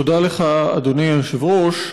תודה לך, אדוני היושב-ראש.